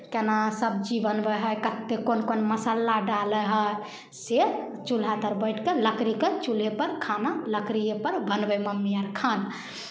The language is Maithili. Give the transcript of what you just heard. केना सब्जी बनबै हइ कतेक कोन कोन मसाला डालै हइ से चूल्हा तर बैठि कऽ लकड़ीके चूल्हेपर खाना लकड़िएपर बनबै मम्मी आर खाना